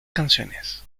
canciones